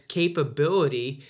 capability